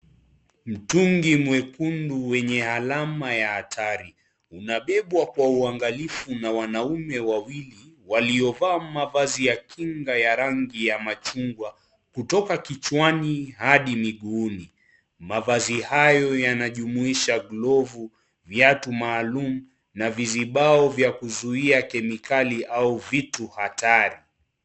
Mtungi mwekundu mwenye alama ya hatari inabebwa Kwa uangalifu na wanaume wawili waliovaa mavazi ya kinga ya rangi ya machungwa kutoka kichwani Hadi miguuni. Mavazi haya yanajumuisha glovu na viatu maalum na vizibao vya kuzuia kemikali au vitu hatari.